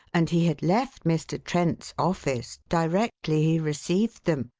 and he had left mr. trent's office directly he received them.